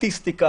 בסטטיסטיקה